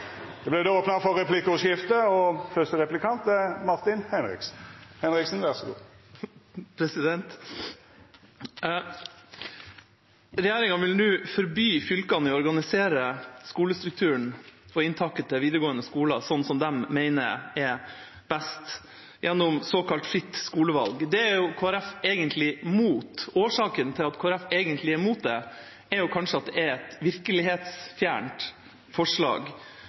Det vert då opna for replikkordskifte. Regjeringa vil nå forby fylkene å organisere skolestrukturen og inntaket til videregående skoler slik de mener er best, gjennom såkalt fritt skolevalg. Det er jo Kristelig Folkeparti egentlig imot. Årsaken til at Kristelig Folkeparti egentlig er imot det, er kanskje at det er et virkelighetsfjernt forslag.